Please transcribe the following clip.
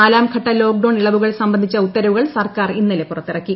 നാലാം ഘട്ട lockdown ഇളവുകൾ സംബന്ധിച്ച ഉത്തരവുകൾ സർക്കാർ ഇന്നലെ പുറത്തിറക്കി